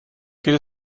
geht